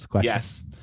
Yes